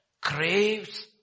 craves